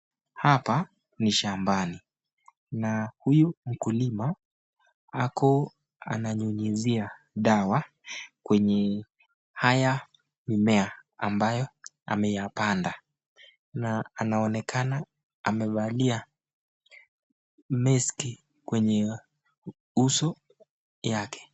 Hapa ni shambani na huyu mkulima ako ananyunyizia dawa kwenye haya mimea ambayo ameyapanda na anaonekana amevalia maski kwenye uso yake.